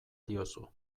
diozu